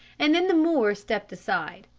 and then the moor stepped aside.